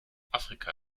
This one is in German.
afrika